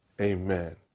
amen